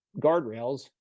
guardrails